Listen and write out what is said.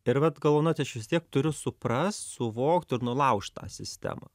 ir vat galvoju na tai aš vis tiek turiu suprast suvokt ir nulaužt tą sistemą